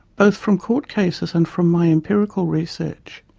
both from court cases and from my empirical research,